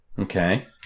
Okay